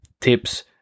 tips